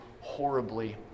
horribly